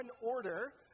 Order